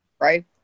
Right